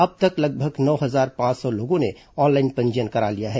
अब तक लगभग नौ हजार पांच सौ लोगों ने ऑनलाइन पंजीयन करा लिया है